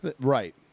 Right